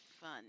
Fun